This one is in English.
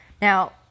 Now